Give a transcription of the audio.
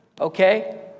Okay